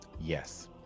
Yes